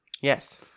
Yes